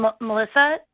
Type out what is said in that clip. Melissa